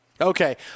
Okay